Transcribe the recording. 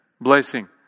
blessing